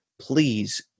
please